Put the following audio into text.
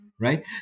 Right